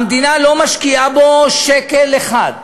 המדינה לא משקיעה בו שקל אחד,